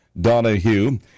Donahue